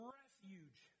refuge